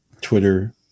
Twitter